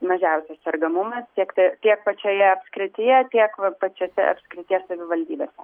mažiausias sergamumas tiek tiek pačioje apskrityje tiek pačiose apskrities savivaldybėse